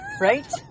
Right